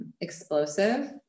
explosive